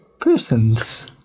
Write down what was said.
persons